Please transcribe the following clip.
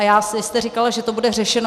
A vy jste říkala, že to bude řešeno.